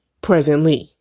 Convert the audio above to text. presently